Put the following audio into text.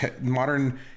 modern